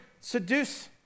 seduce